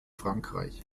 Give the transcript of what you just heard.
frankreich